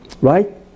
right